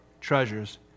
treasures